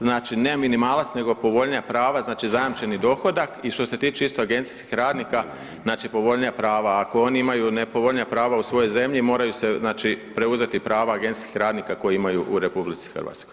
Znači nema minimalac nego povoljnija prava, znači zajamčeni dohodak i što se tiče isto agencijskih radnika znači povoljnija prava, ako oni imaju nepovoljnija prava u svojoj zemlji moraju se znači preuzeti prava agencijskih radnika koji imaju u RH.